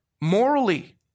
morally